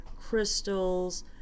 crystals